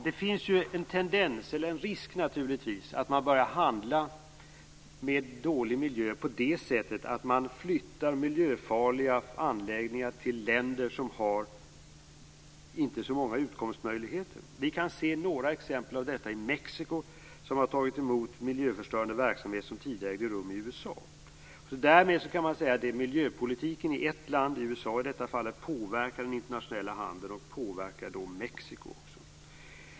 Det finns en risk att man börjar handla med dålig miljö på det sättet att man flyttar miljöfarliga anläggningar till länder som inte har så många utkomstmöjligheter. Vi kan se några exempel på detta i Mexiko, som har tagit emot miljöförstörande verksamhet som tidigare bedrevs i USA. Därmed kan man alltså säga att miljöpolitiken i ett land, i detta fall USA, påverkar ett annat land, nämligen Mexiko.